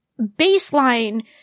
baseline